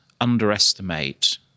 underestimate